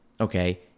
okay